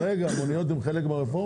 אחרי חברת חשמל, לא נותנים לאף אחד יותר.